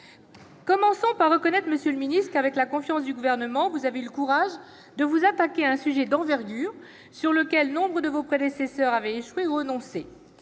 Commençons par reconnaître, monsieur le ministre, que vous avez eu, avec la confiance du Gouvernement, le courage de vous attaquer à un sujet d'envergure, sur lequel nombre de vos prédécesseurs avaient échoué ou auquel